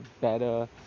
better